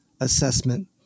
assessment